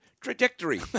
trajectory